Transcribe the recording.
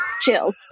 chill